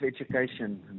Education